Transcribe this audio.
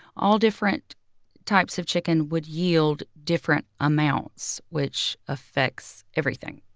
all different types of chicken would yield different amounts, which affects everything.